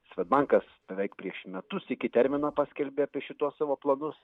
svedbankas beveik prieš metus iki termino paskelbė apie šituos savo planus